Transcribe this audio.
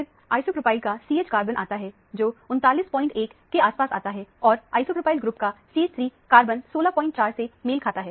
फिर आइसोप्रोपाइल का CH carbon आता है जो 391 के आसपास आता है और आइसोप्रोपाइल ग्रुप का CH3 कार्बन 164 से मेल खाता है